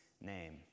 name